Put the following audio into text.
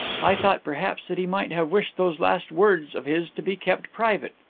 i thought perhaps that he might have wished those last words of his to be kept private.